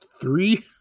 three